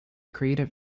creative